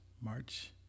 March